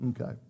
Okay